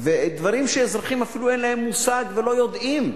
דברים שאזרחים אפילו אין להם מושג ולא יודעים.